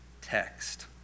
text